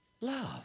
Love